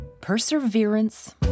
Perseverance